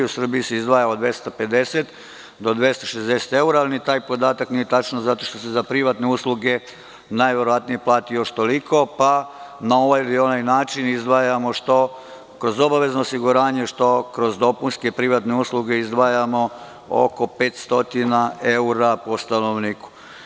U Srbiji se izdvaja od 250 do 260 evra, ali ni taj podatak nije tačan zato što se za privatne usluge najverovatnije plati još toliko, pa na ovaj ili onaj način izdvajamo, što kroz obavezno osiguranje, što kroz dopunske privatne usluge, oko 500 evra po stanovniku.